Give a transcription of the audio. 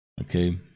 okay